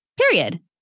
period